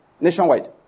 Nationwide